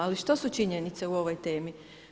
Ali što su činjenice o ovoj temi?